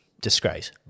disgrace